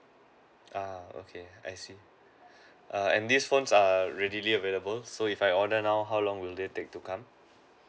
uh okay I see err and these phones are readily available so if I order now how long will they take to come